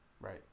Right